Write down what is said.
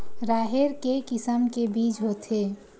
राहेर के किसम के बीज होथे?